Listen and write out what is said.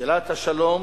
שאלת השלום